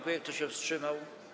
Kto się wstrzymał?